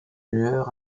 lueur